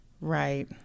Right